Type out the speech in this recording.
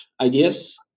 ideas